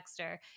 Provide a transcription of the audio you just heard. texter